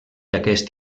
aquest